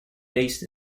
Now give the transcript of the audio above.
based